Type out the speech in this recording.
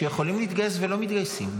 שיכולים להתגייס ולא מתגייסים.